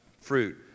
fruit